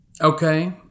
Okay